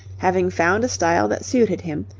having found a style that suited him,